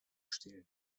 stehlen